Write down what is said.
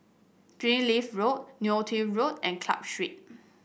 Springleaf Road Neo Tiew Road and Club Street